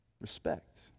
respect